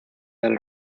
del